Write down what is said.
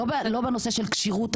לא בנושא של כשירות תרבותית,